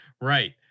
Right